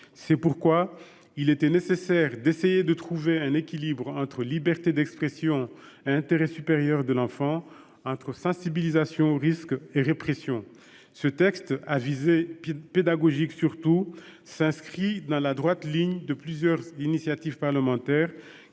C'est pourquoi il était nécessaire d'essayer de trouver un équilibre entre liberté d'expression et intérêt supérieur de l'enfant, entre sensibilisation aux risques et répression. Ce texte, à visée pédagogique surtout, s'inscrit dans la droite ligne de plusieurs initiatives parlementaires